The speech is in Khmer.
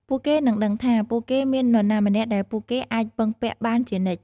ពួកគេនឹងដឹងថា ពួកគេមាននរណាម្នាក់ដែលពួកគេអាចពឹងពាក់បានជានិច្ច។